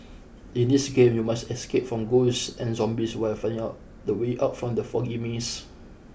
in this game you must escape from ghosts and zombies while finding out the way out from the foggy maze